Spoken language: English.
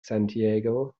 santiago